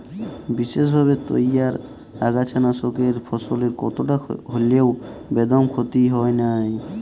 বিসেসভাবে তইয়ার আগাছানাসকলে ফসলের কতকটা হল্যেও বেদম ক্ষতি হয় নাই